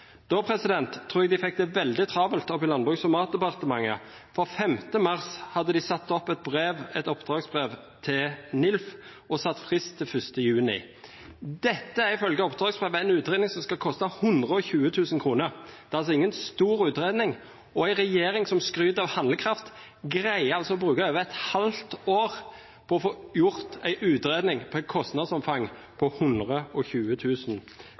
Da tror jeg de fikk det veldig travelt oppe i Landbruks- og matdepartementet, for 5. mars hadde de satt opp et brev – et oppdragsbrev – til NILF og satt fristen til 1. juni. Dette er ifølge oppdragsbrevet en utredning som skal koste 120 000 kr. Det er altså ingen stor utredning, og en regjering som skryter av handlekraft, greier altså å bruke over et halvt år på å få gjort en utredning med et kostnadsomfang på